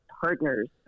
partners